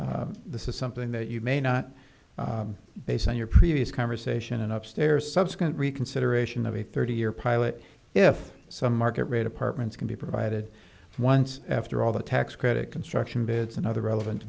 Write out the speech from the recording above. this is something that you may not based on your previous conversation and up stairs subsequent reconsideration of a thirty year pilot if some market rate apartments can be provided once after all the tax credit construction bids and other relevant